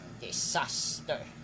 disaster